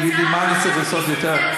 תגידי מה אני צריך לעשות יותר,